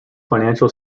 financial